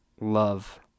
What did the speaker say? love